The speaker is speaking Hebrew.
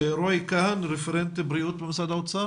קאהן, רפרנט בריאות במשרד האוצר.